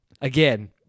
Again